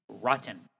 Rotten